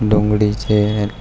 ડુંગળી છે